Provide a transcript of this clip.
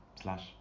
slash